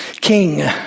king